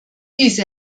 diese